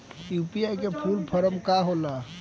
UPI का full form का होला?